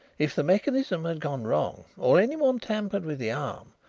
if the mechanism had gone wrong, or anyone tampered with the arm,